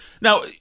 Now